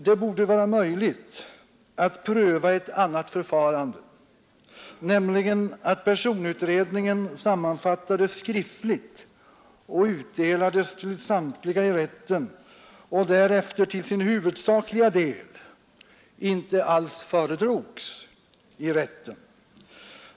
Det borde vara möjligt att pröva ett annat förfarande, nämligen att personutredningen sammanfattades skriftligt och utdelades till samtliga i rätten men därefter till sin huvudsakliga del inte alls föredrogs i rätten.